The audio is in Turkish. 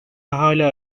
hala